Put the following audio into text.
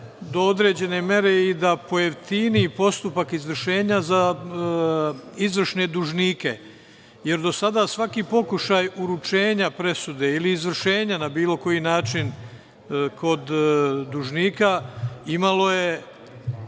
do određene mere, i da pojeftini postupak izvršenja za izvršne dužnike, jer do sada svaki pokušaj uručenja presude ili izvršenja na bilo koji način kod dužnika imalo je